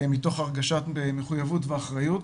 מתוך הרגשת מחויבות ואחריות.